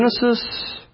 Genesis